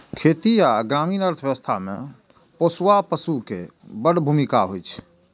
खेती आ ग्रामीण अर्थव्यवस्था मे पोसुआ पशु के बड़ भूमिका होइ छै